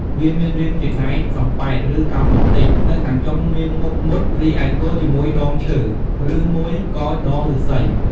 វាមានរាងជាដែកសំប៉ែត ឬកោងបន្តិច នៅខាងចុងមានមុខមុត រីឯគល់ជាមួយដងឈើ រឺមួយក៏ដងឬស្សី។